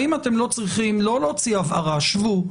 האם אתם לא צריכים לא להוציא הבהרה אלא שבו,